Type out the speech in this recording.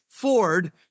Ford